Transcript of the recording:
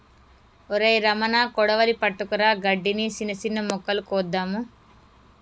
ఒరై రమణ కొడవలి పట్టుకురా గడ్డిని, సిన్న సిన్న మొక్కలు కోద్దాము